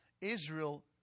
Israel